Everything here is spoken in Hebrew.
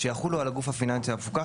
שיחולו על הגוף הפיננסי המפוקח,